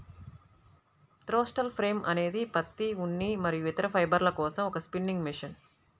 throstle frame అనేది పత్తి, ఉన్ని మరియు ఇతర ఫైబర్ల కోసం ఒక స్పిన్నింగ్ మెషిన్